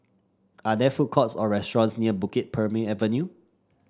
are there food courts or restaurants near Bukit Purmei Avenue